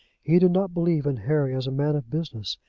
he did not believe in harry as a man of business,